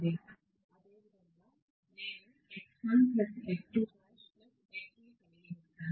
అదేవిధంగా నేను కలిగి ఉంటాను